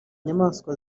nyamanswa